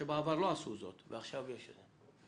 שבעבר לא עשו זאת ועכשיו יש את זה,